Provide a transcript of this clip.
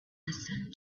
listen